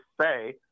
say